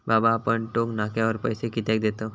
बाबा आपण टोक नाक्यावर पैसे कित्याक देतव?